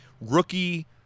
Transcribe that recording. rookie